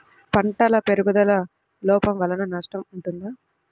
పంటల పెరుగుదల లోపం వలన నష్టము ఉంటుందా?